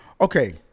Okay